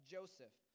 Joseph